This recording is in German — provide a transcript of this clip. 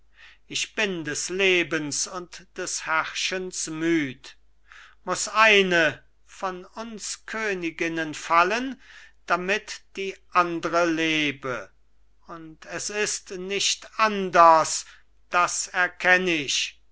ich bin des lebens und des herrschens müd eine von uns königinnen fallen damit die andre lebe und es ist nicht anders das erkenn ich